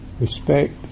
respect